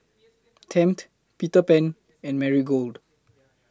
Tempt Peter Pan and Marigold